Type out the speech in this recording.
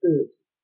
foods